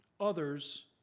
others